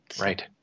Right